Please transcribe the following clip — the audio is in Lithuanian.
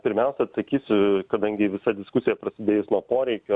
pirmiausia atsakysiu kadangi visa diskusija prasidėjus nuo poreikio